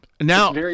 Now